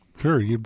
Sure